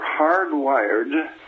hardwired